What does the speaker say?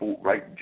right